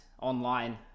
online